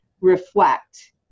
reflect